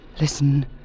Listen